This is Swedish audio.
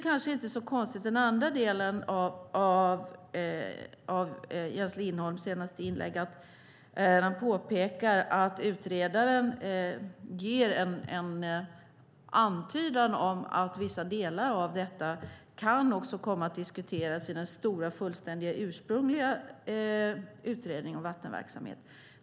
Jan Lindholm påpekar i den andra delen av sitt senaste inlägg att utredaren ger en antydan om att vissa delar av detta kan komma att diskuteras i den stora, fullständiga och ursprungliga utredningen om vattenverksamheter.